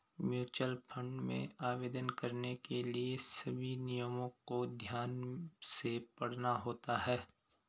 mutual fund में आवेदन करने के लिए सभी नियमों को ध्यान से पढ़ना होता है